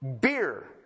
beer